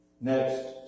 Next